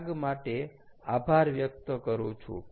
નાગ માટે આભાર વ્યક્ત કરું છું